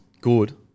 good